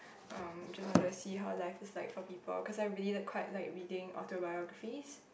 um just wanted to see how life is like for people cause I really like quite like reading autobiographies